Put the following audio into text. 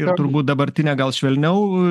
ir turbūt dabartinė gal švelniau